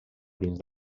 dins